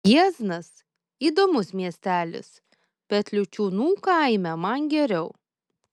jieznas įdomus miestelis bet liučiūnų kaime man geriau